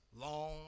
long